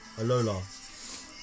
Alola